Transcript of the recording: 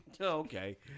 Okay